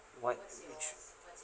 ya what you cho~